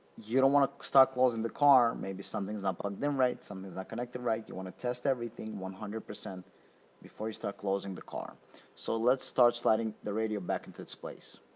you don't want to start closing the car, maybe something's not ah plugged in right something's not connected right you want to test everything one hundred percent before you start closing the car so let's start sliding the radio back into its place.